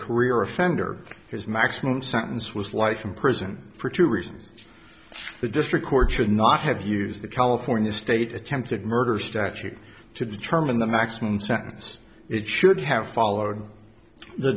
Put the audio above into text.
career offender his maximum sentence was life in prison for two reasons the district court should not have used the california state attempted murder statute to determine the maximum sentence it should have followed the